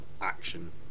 action